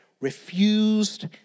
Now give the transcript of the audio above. refused